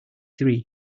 three